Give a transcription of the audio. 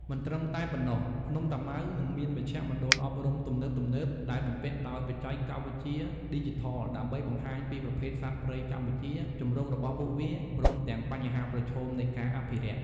មិនត្រឹមតែប៉ុណ្ណោះ ភ្នំតាម៉ៅនឹងមានមជ្ឈមណ្ឌលអប់រំទំនើបៗ ដែលបំពាក់ដោយបច្ចេកវិទ្យាឌីជីថល ដើម្បីបង្ហាញពីប្រភេទសត្វព្រៃកម្ពុជា ជម្រករបស់ពួកវា ព្រមទាំងបញ្ហាប្រឈមនៃការអភិរក្ស។